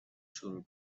شروع